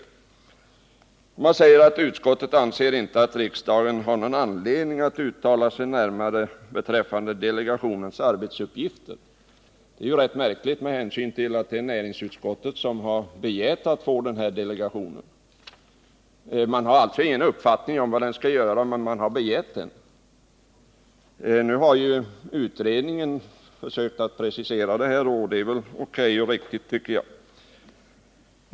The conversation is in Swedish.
Utskottet anser inte att riksdagen har någon anledning att uttala sig närmare beträffande delegationens uppgifter, och det är ju rätt märkligt med hänsyn till att det är näringsutskottet som har begärt att denna delegation skall inrättas. Man har alltså ingen uppfattning om vad den skall göra, men man har begärt den. Utredningen har nu försökt precisera detta.